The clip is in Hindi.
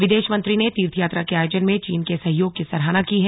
विदेश मंत्री ने तीर्थयात्रा के आयोजन में चीन के सहयोग की सराहना की है